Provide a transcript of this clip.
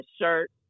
shirt